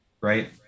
right